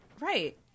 Right